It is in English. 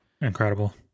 Incredible